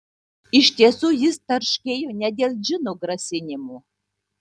iš tiesų jis tarškėjo ne dėl džino grasinimų